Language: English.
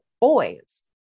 boys